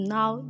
Now